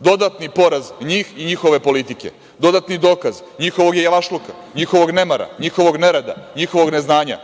dodatni je poraz njih i njihove politike, dodatni dokaz njihovog javašluka, njihovog nemara, njihovog nereda, njihovog neznanja,